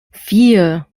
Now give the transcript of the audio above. vier